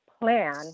plan